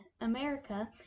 America